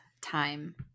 time